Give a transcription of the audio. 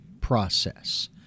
process